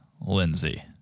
Lindsay